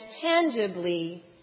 tangibly